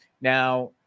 Now